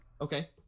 Okay